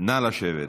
נא לשבת.